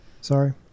Sorry